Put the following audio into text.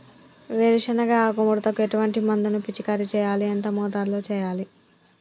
వేరుశెనగ ఆకు ముడతకు ఎటువంటి మందును పిచికారీ చెయ్యాలి? ఎంత మోతాదులో చెయ్యాలి?